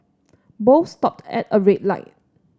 both stopped at a red light